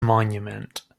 monument